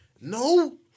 No